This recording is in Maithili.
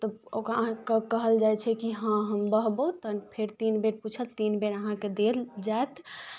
तऽ ओकर अहाँकेँ कहल जाइ छै कि हँ हम बहबहु तखन फेर तीन बेर पूछत तीन बेर अहाँकेँ देल जायत